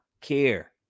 care